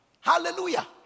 Hallelujah